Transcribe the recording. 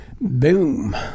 Boom